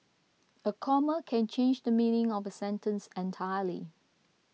a comma can change the meaning of a sentence entirely